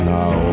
Now